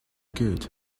good